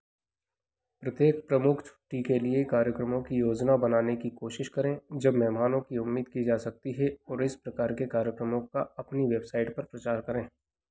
प्रत्येक प्रमुख छुट्टी के लिए कार्यक्रमों की योजना बनाने की कोशिश करें जब मेहमानों की उम्मीद की जा सकती है और इस प्रकार के कार्यक्रमों का अपनी वेबसाइट पर प्रचार करें